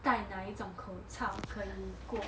带哪一种口罩可以过